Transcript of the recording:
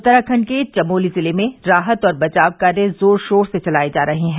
उत्तराखंड के चमोली जिले में राहत और बचाव कार्य जोर शोर से चलाए जा रहे हैं